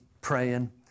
praying